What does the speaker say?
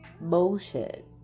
bullshit